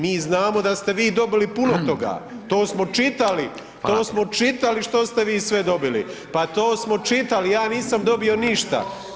Mi znamo da ste vi dobili puno toga, to smo čitali, to smo čitali što ste vi sve dobili, pa to smo čitali, ja nisam dobio ništa.